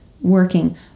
working